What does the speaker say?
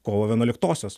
kovo vienuoliktosios